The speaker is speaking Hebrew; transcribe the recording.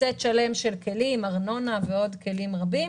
סט שלם של כלים ארנונה ועוד כלים רבים.